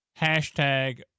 Hashtag